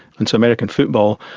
and so american football,